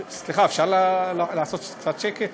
סליחה, אפשר לעשות קצת שקט?